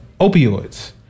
opioids